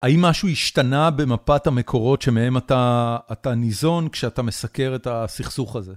האם משהו השתנה במפת המקורות שמהם אתה ניזון כשאתה מסקר את הסכסוך הזה?